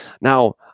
now